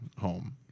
home